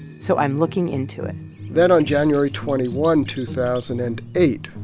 so i'm looking into it then, on january twenty one, two thousand and eight,